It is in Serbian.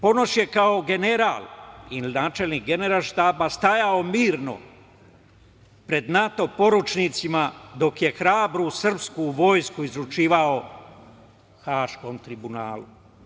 Ponoš je kao general ili načelnik Generalštaba stajao mirno pred NATO poručnicima dok je hrabru srpsku vojsku izručivao Haškom tribunalu.